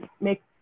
make